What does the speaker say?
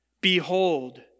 Behold